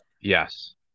Yes